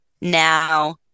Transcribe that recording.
Now